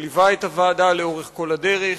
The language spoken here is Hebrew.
שליווה את הוועדה לאורך כל הדרך,